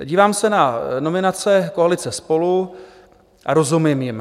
Dívám se na nominace koalice SPOLU a rozumím jim.